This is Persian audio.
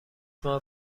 ماه